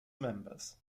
members